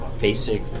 basic